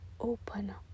open